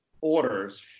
orders